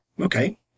Okay